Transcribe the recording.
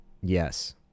Yes